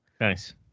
Nice